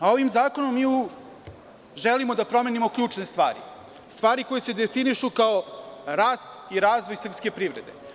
Ovim zakonom mi želimo da promenimo ključne stvari, stvari koje se definišu kao rast i razvoj srpske privrede.